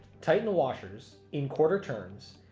tighten the washers in quarter turns,